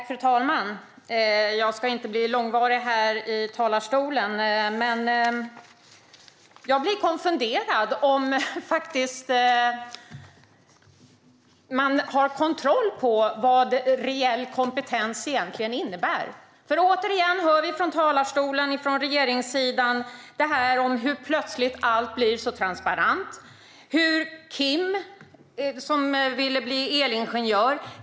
Fru talman! Jag ska inte bli långvarig här i talarstolen. Men jag blir konfunderad. Har man kontroll på vad reell kompetens egentligen innebär? Återigen hör vi från talarstolen från regeringssidan det här om hur allt plötsligt blir så transparent. Vi får höra om Kim, som vill bli elingenjör.